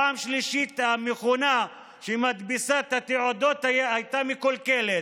פעם שלישית המכונה שמדפיסה את התעודות הייתה מקולקלת,